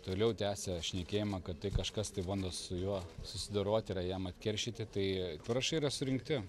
toliau tęsia šnekėjimą kad tai kažkas bando su juo susidoroti yra jam atkeršyti tai parašai yra surinkti